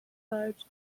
large